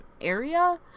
area